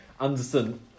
Anderson